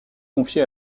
confié